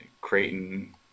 Creighton